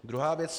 Druhá věc.